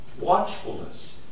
watchfulness